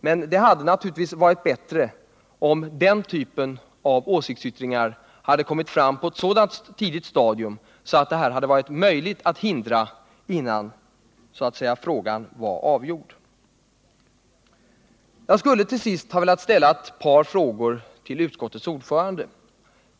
Men det hade naturligtvis varit bättre om den typen av åsiktsyttringar kommit fram innan frågan så att säga var avgjord och det alltså hade varit möjligt att hindra ett beslut i den här riktningen. Jag skulle till sist ha velat ställa ett par frågor till utskottets ordförande.